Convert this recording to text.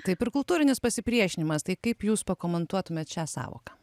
taip ir kultūrinis pasipriešinimas tai kaip jūs pakomentuotumėt šią sąvoką